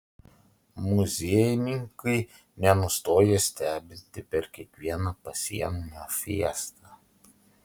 muziejininkai nenustoja stebinti per kiekvieną pasienio fiestą